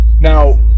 Now